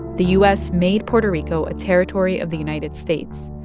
the u s. made puerto rico a territory of the united states,